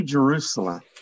Jerusalem